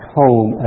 home